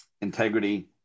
integrity